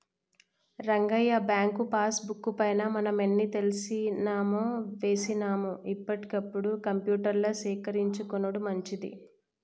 Rangayya bank passbook పైన మనం ఎన్ని తీసినామో వేసినాము ఎప్పటికప్పుడు కంప్యూటర్ల సేకరించుకొనుడు మంచిది